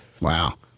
Wow